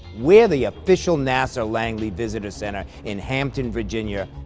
we're the official nasa langley visitor center in hampton, virginia.